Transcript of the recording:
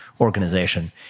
organization